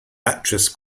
actress